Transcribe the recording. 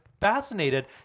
fascinated